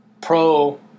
pro